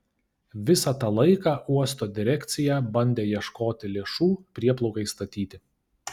visą tą laiką uosto direkcija bandė ieškoti lėšų prieplaukai statyti